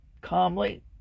calmly